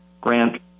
Grant